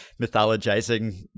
mythologizing